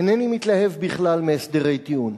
אינני מתלהב בכלל מהסדרי טיעון,